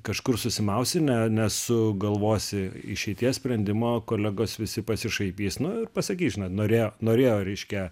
kažkur susimausi ne nesugalvosi išeities sprendimo kolegos visi pasišaipys nu ir pasakys žinai norėjo norėjo reiškia